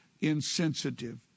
Insensitive